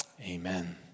Amen